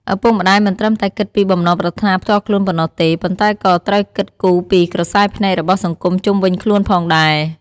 ឪពុកម្ដាយមិនត្រឹមតែគិតពីបំណងប្រាថ្នាផ្ទាល់ខ្លួនប៉ុណ្ណោះទេ ប៉ុន្តែក៏ត្រូវគិតគូរពី ក្រសែភ្នែករបស់សង្គមជុំវិញខ្លួន ផងដែរ។